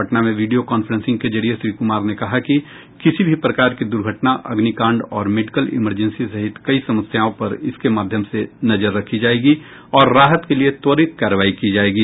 पटना में वीडियों कांफ्रेंसिंग के जरिये श्री कुमार ने कहा कि किसी भी प्रकार की दुर्घटना अग्निकांड और मेडिकल इमरजेंसी सहित कई समस्याओं पर इसके माध्यम से नजर रखी जायेगी और राहत के लिये त्वरित कार्रवाइ की जायेगी